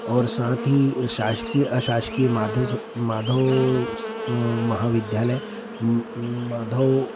और साथ ही शासकीय अशासकीय माधव स माधव उस महाविद्यालय माधव